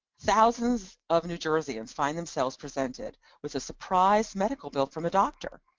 thousands of new jerseyans find themselves presented with a surprise medical bill from a doctor,